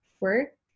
work